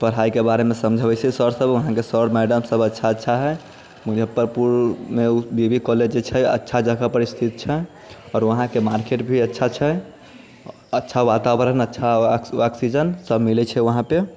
पढ़ाइके बारेमे समझबैत छै सर सब वहाँके सर मैडम सब अच्छा अच्छा हय मुजफ्फरपुरमे बी बी कॉलेज जे छै अच्छा जगह पर स्थित छै आओर वहाँके मार्केट भी अच्छा छै अच्छा वातावरण अच्छा ऑक्सिजन सब मिलैत छै वहाँ पे